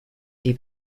die